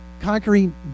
conquering